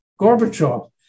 Gorbachev